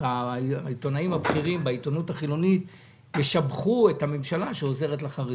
העיתונאים הבכירים בעיתונות החילונית ישבחו את הממשלה שעוזרת לחרדים.